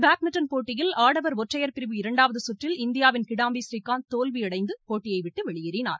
badminton போட்டியில் ஆடவர் ஒற்றையர் பிரிவு இரண்டாவது சுற்றில் இந்தியாவின் கிடாம்பி ஸ்ரீகாந்த் தோல்வியடைந்து போட்டியைவிட்டு வெளியேறினார்